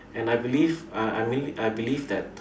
and I believe uh I mean I believe that